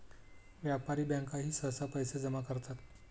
व्यापारी बँकाही सहसा पैसे जमा करतात